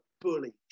bully